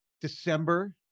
December